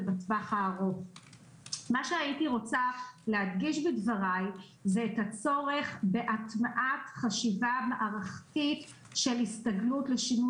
אני אגיד ששלב המאיץ הוא שלב התכנון, שלב